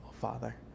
Father